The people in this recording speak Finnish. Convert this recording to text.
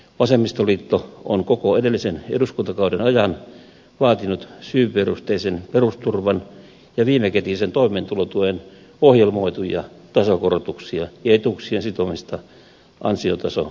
vasemmistoliitto on koko edellisen eduskuntakauden ajan vaatinut syyperusteisen perusturvan ja viimekätisen toimeentulotuen ohjelmoituja tasokorotuksia ja etuuksien sitomista ansiotasoindeksiin